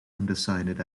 undecided